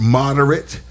moderate